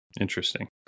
Interesting